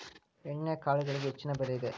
ಎಣ್ಣಿಕಾಳುಗಳಿಗೆ ಹೆಚ್ಚಿನ ಬೆಲೆ ಇದೆ